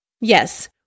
Yes